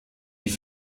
die